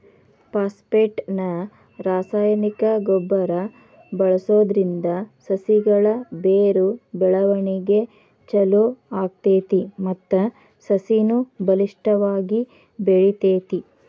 phosphate ನ ರಾಸಾಯನಿಕ ಗೊಬ್ಬರ ಬಳ್ಸೋದ್ರಿಂದ ಸಸಿಗಳ ಬೇರು ಬೆಳವಣಿಗೆ ಚೊಲೋ ಆಗ್ತೇತಿ ಮತ್ತ ಸಸಿನು ಬಲಿಷ್ಠವಾಗಿ ಬೆಳಿತೇತಿ